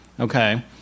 Okay